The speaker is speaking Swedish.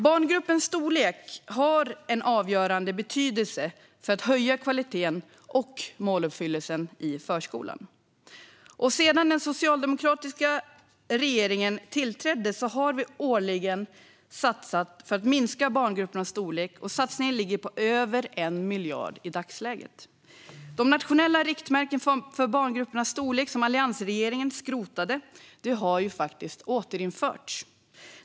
Barngruppernas storlek har en avgörande betydelse för att höja kvaliteten och måluppfyllelsen i förskolan. Sedan den socialdemokratiska regeringen tillträdde har vi årligen satsat för att minska barngruppernas storlek. I dagsläget ligger denna satsning på över 1 miljard. De nationella riktmärken för barngruppernas storlek som alliansregeringen skrotade har återinförts.